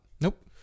Nope